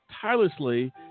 tirelessly